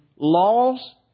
laws